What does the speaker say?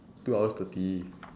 two hours thirty